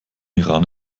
iran